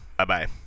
Bye-bye